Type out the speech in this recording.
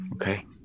Okay